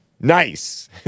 Nice